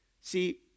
See